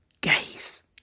Gaze